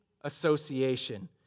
association